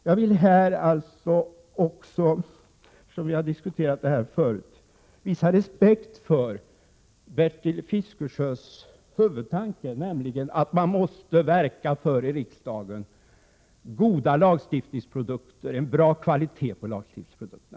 Jag vill här — vi har ju diskuterat den frågan förut — visa respekt för Bertil Fiskesjös huvudtanke, att vi i riksdagen måste verka för god kvalitet på lagstiftningsprodukterna.